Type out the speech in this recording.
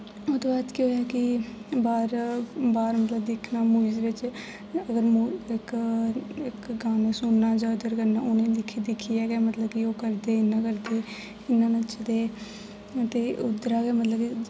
ओह्दे बाद केह् होया कि बाह्र बाह्र मतलब कि दिक्खना म्युजियम च अगर इक इक गाना सुनना जां इधर करना उनें दिक्खी दिक्खये गै मतलब कि ओह् करदे ते इ'यां करदे च ते उधरा गे मतलब की